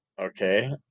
okay